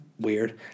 Weird